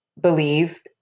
believe